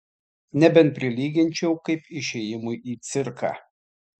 nebent prilyginčiau kaip išėjimui į cirką